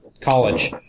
college